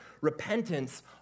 Repentance